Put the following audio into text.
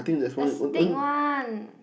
the steak one